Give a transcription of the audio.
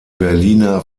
berliner